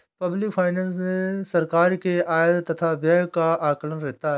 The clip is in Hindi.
पब्लिक फाइनेंस मे सरकार के आय तथा व्यय का आकलन रहता है